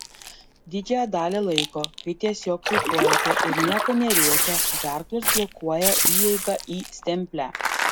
didžiąją dalį laiko kai tiesiog kvėpuojate ir nieko neryjate gerklos blokuoja įeigą į stemplę